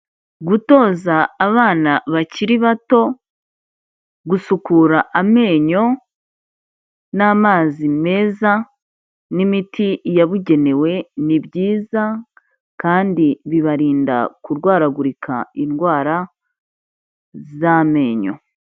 Gutoza abana bakiri bato gusukura amenyo n'amazi meza n'imiti yabugenewe, ni byiza kandi bibarinda kurwaragurika indwara z'amenyo.